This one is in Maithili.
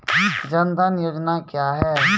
जन धन योजना क्या है?